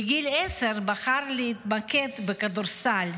בגיל עשר בחר להתמקד בכדורסל,